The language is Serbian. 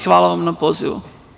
Hvala vam na pozivu.